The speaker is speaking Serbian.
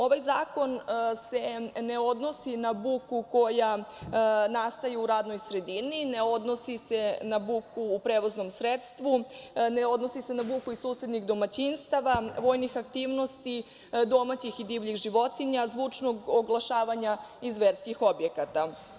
Ovaj zakon se ne odnosi na buku koja nastaje u radnoj sredini, ne odnosi na buku u prevoznom sredstvu, ne odnosi se na buku iz susednih domaćinstava, vojnih aktivnosti, domaćih i divljih životinja, zvučnog oglašavanja iz verskih objekata.